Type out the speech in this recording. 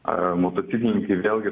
ar motociklininkai vėlgi